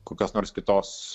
kokios nors kitos